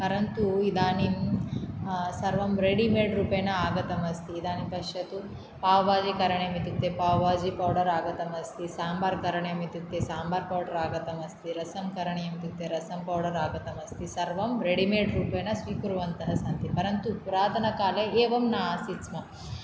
परन्तु इदानीं सर्वं रेडिमेड् रूपेण आगतम् अस्ति इदानीं पश्यतु पाव् भाजीकरणीयम् इत्युक्ते पाव् भाजी पौडर् आगतम् अस्ति साम्बार्करणीयम् इत्युक्ते साम्बार् पौडर् आगतम् अस्ति रसं करणीयम् इत्युक्ते रसं पौडर् आगतम् अस्ति सर्वं रेडिमेड् रूपेण स्वीकुर्वन्तः सन्ति परन्तु पुरातनकाले एवं न आसीत् स्म